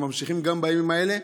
הם ממשיכים גם בימים האלה,